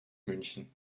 münchen